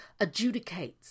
adjudicates